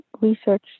research